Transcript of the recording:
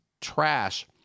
trash